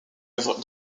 œuvre